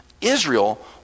Israel